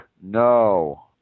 No